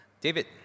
David